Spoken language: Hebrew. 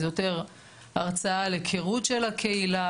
זה יותר הרצאה על הכירות של הקהילה,